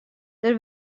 der